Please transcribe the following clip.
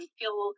feel